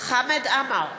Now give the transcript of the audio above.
חמד עמאר,